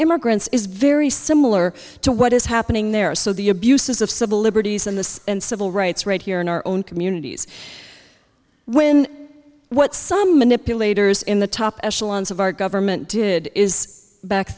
immigrants is very similar to what is happening there so the abuses of civil liberties and the and civil rights right here in our own communities when what some manipulators in the top echelons of our government did is back